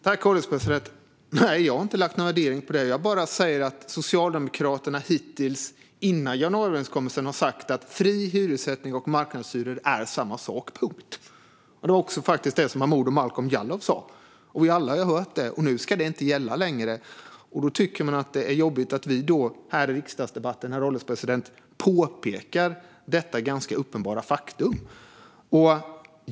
Herr ålderspresident! Jag har inte lagt någon värdering i det utan säger bara att Socialdemokraterna hittills och före januariöverenskommelsen har sagt att fri hyressättning och marknadshyror är samma sak. Punkt. Det var faktiskt samma sak som Momodou Malcolm Jallow sa, och vi alla har hört det. Detta gäller tydligen inte längre. Nu tycker man att det är jobbigt att vi i riksdagsdebatten, herr ålderspresident, påpekar detta uppenbara faktum.